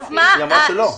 היא אמרה שלא.